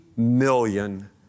million